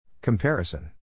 Comparison